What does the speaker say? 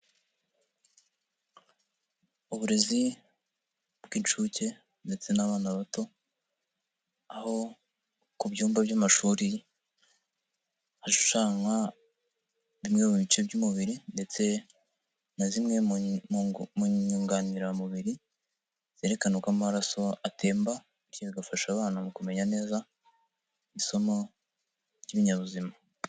Uburezi bw'inshuke ndetse n'abana bato, aho ku byumba by'amashuri hashushanywa bimwe mu bice by'umubiri ndetse na zimwe mu nyunganiramubiri, zerekana uko amaraso atemba, bityo bigafasha abana mu kumenya neza, isomo ry'Ibinyabuzima.